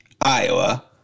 Iowa